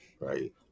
right